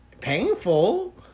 painful